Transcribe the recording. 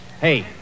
Hey